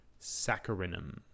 saccharinum